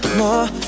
more